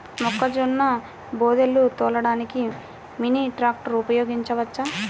మొక్కజొన్న బోదెలు తోలడానికి మినీ ట్రాక్టర్ ఉపయోగించవచ్చా?